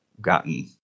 gotten